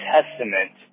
Testament